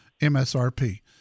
MSRP